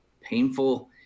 painful